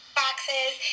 boxes